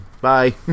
Bye